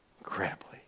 incredibly